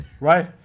right